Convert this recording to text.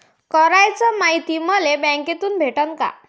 कराच मायती मले बँकेतून भेटन का?